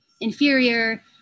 inferior